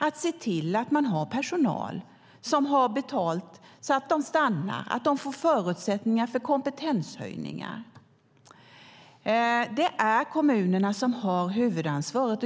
Man ska se till att man har personal som har betalt så att den stannar och att den får förutsättningar för kompetenshöjningar. Det är kommunerna som har huvudansvaret.